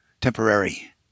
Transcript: temporary